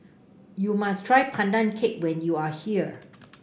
you must try Pandan Cake when you are here